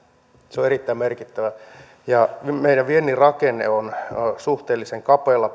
se on erittäin merkittävä meidän viennin rakenne on suhteellisen kapealla